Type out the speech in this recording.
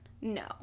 No